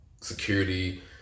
security